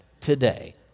today